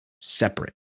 separate